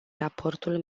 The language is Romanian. raportul